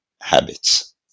habits